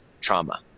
trauma